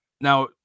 Now